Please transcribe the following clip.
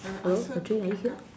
hello Audrey are you here